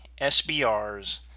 SBRs